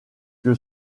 que